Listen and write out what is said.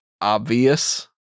obvious